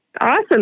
awesome